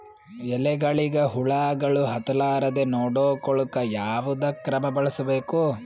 ಎಲೆಗಳಿಗ ಹುಳಾಗಳು ಹತಲಾರದೆ ನೊಡಕೊಳುಕ ಯಾವದ ಕ್ರಮ ಬಳಸಬೇಕು?